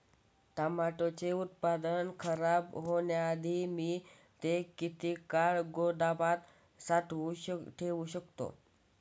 टोमॅटोचे उत्पादन खराब होण्याआधी मी ते किती काळ गोदामात साठवून ठेऊ शकतो?